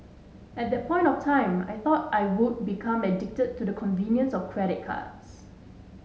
at that point of time I thought I would become addicted to the convenience of credit cards